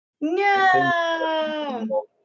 No